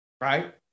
Right